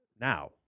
now